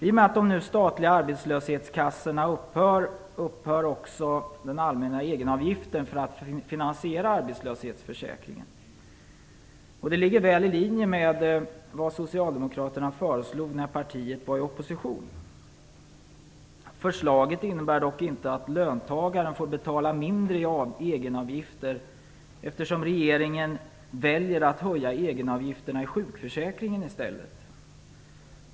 I och med att de statliga arbetslöshetskassorna nu upphör kommer också den allmänna egenavgiften för att finansiera arbetslösheten att upphöra. Det ligger väl i linje med vad Socialdemokraterna föreslog när partiet var i opposition. Förslaget innebär dock inte att löntagaren får betala mindre i egenavgifter, eftersom regeringen väljer att höja egenavgifterna i sjukförsäkringen i stället.